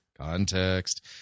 context